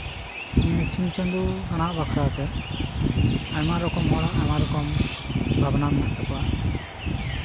ᱥᱤᱧ ᱪᱟᱸᱫᱳ ᱜᱟᱱᱦᱟᱣ ᱵᱟᱠᱷᱨᱟᱛᱮ ᱟᱭᱢᱟ ᱨᱚᱠᱚᱢ ᱦᱚᱲᱟᱜ ᱟᱭᱢᱟ ᱨᱚᱠᱚᱢ ᱵᱷᱟᱵᱽᱱᱟ ᱢᱮᱱᱟᱜ ᱛᱟᱠᱚᱣᱟ